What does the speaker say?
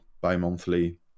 bi-monthly